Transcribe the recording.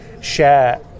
share